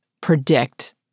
predict